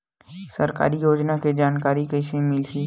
सरकारी योजना के जानकारी कइसे मिलही?